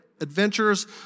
adventures